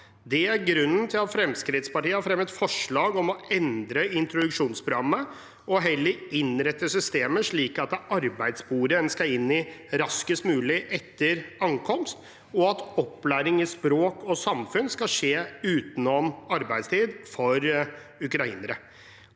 Det er grunnen til at Fremskrittspartiet har fremmet forslag om å endre introduksjonsprogrammet og heller innrette systemet slik at det er arbeidssporet man skal inn i raskest mulig etter ankomst, og at opplæring i språk og samfunn skal skje utenom arbeidstid for ukrainere.